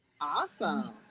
awesome